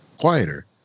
quieter